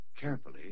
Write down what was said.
Carefully